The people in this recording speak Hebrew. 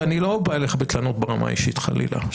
ואני לא בא אליך בטענות ברמה האישית חלילה.